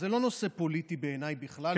זה לא נושא פוליטי בעיניי בכלל,